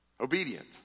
Obedient